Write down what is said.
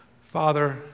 Father